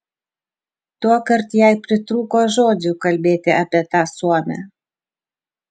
tuokart jai pritrūko žodžių kalbėti apie tą suomę